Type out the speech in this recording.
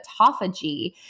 autophagy